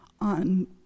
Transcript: on